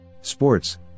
Sports